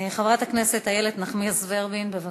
חברת הכנסת איילת נחמיאס ורבין, בבקשה.